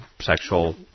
sexual